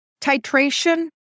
Titration